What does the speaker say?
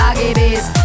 AgBs